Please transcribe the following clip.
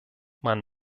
man